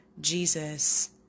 Jesus